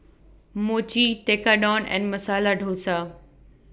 Mochi Tekkadon and Masala Dosa